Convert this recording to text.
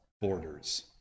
borders